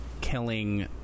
killing